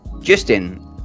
Justin